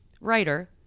writer